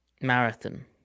Marathon